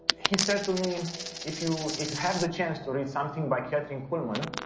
he said to me if you if you have the chance to read something by kathryn kuhlman,